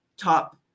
top